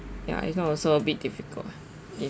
ya if not also a bit difficult lah if